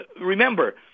remember